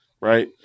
Right